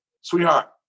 sweetheart